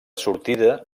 sortida